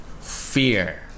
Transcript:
fear